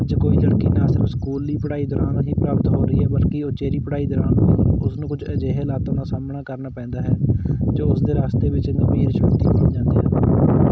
ਅੱਜ ਕੋਈ ਲੜਕੀ ਨਾ ਸਿਰਫ ਸਕੂਲ ਲਈ ਪੜ੍ਹਾਈ ਦੌਰਾਨ ਹੀ ਪ੍ਰਾਪਤ ਹੋ ਰਹੀ ਹੈ ਬਲਕਿ ਉਚੇਰੀ ਪੜ੍ਹਾਈ ਦੌਰਾਨ ਉਸਨੂੰ ਕੁਝ ਅਜਿਹੇ ਹਾਲਾਤਾਂ ਦਾ ਸਾਹਮਣਾ ਕਰਨਾ ਪੈਂਦਾ ਹੈ ਜੋ ਉਸ ਦੇ ਰਸਤੇ ਵਿੱਚ ਗੰਭੀਰ ਚੁਣੌਤੀ ਬਣ ਜਾਂਦੀ ਹੈ